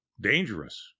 dangerous